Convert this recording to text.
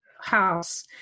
house